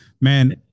man